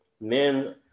men